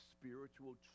spiritual